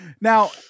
Now